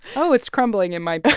oh, it's crumbling in my. but